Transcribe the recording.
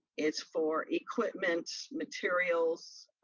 it's for equipment, materials,